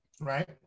right